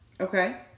Okay